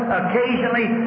occasionally